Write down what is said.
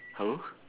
hello